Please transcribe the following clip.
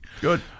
Good